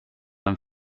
and